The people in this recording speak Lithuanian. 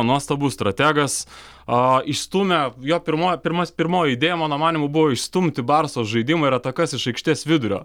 nuostabus strategas aa išstūmė jo pirmoj pirmas pirmoji idėja mano manymu buvo išstumti barsos žaidimą ir atakas iš aikštės vidurio